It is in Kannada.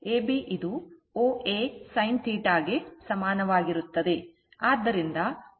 AB ಇದು OA sin θ ಗೆ ಸಮಾನವಾಗಿರುತ್ತದೆ